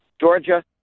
Georgia